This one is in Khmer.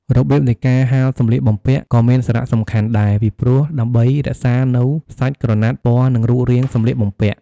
របៀបនៃការហាលសម្លៀកបំពាក់ក៏មានសារៈសំខាន់ដែរ ពីព្រោះដើម្បីរក្សានូវសាច់ក្រណាត់ ពណ៌ និងរូបរាងសម្លៀកបំពាក់។